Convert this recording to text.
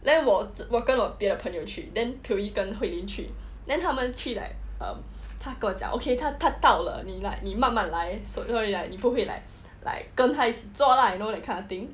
then 我我跟我别的朋友去 then pio yee 跟 hui lin 去 then 他们去 like um 他跟我讲 okay 他到了你慢慢来 so we like 你不会 like 跟他一起坐 lah you know that kind of thing